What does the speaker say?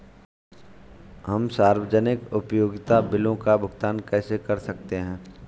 हम सार्वजनिक उपयोगिता बिलों का भुगतान कैसे कर सकते हैं?